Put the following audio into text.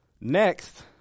next